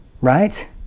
Right